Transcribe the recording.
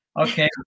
Okay